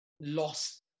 lost